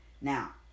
now